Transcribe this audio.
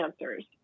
answers